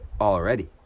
Already